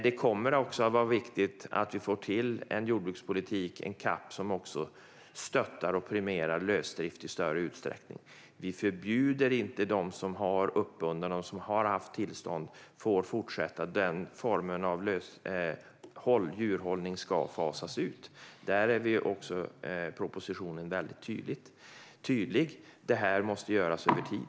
Det är också viktigt att vi får till en jordbrukspolitik, en CAP, som stöttar och premierar lösdrift i större utsträckning. Vi förbjuder inte dem som har tillstånd att fortsätta med lösdrift, men den formen av djurhållning ska fasas ut. Där är propositionen väldigt tydlig med att det måste ske över tid.